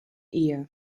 ehe